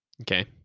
Okay